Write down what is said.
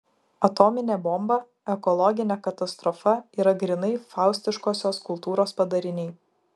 atominė bomba ekologinė katastrofa yra grynai faustiškosios kultūros padariniai